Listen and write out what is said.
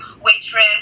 waitress